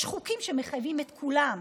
יש חוקים שמחייבים את כולם.